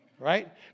Right